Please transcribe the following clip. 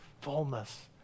fullness